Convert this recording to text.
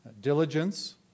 diligence